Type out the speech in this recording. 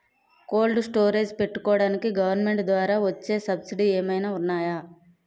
Cold storage పెట్టుకోడానికి government ద్వారా వచ్చే సబ్సిడీ ఏమైనా ఉన్నాయా?